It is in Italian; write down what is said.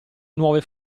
nuove